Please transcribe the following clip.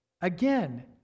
Again